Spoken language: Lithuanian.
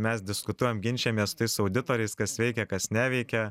mes diskutuojam ginčijamės su tais auditoriais kas veikia kas neveikia